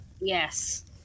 Yes